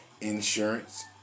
insurance